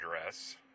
Address